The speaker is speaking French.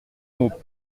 mots